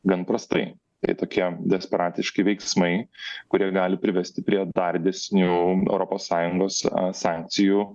gan prastai jei tokie desperatiški veiksmai kurie gali privesti prie dar didesnių europos sąjungos sankcijų